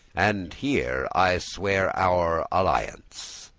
and here i swear our alliance.